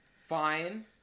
fine